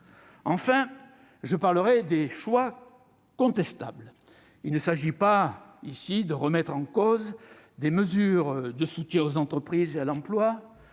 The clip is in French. d'aborder quelques choix contestables. Il ne s'agit pas de remettre en cause des mesures de soutien aux entreprises et à l'emploi,